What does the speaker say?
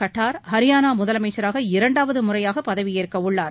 கட்டார் ஹரியானா முதலமைச்சராக இரண்டாவது முறையாவ பதவியேற்கவுள்ளார்